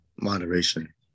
Moderation